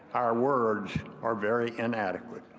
our words are very inadequate.